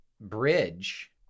bridge